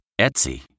Etsy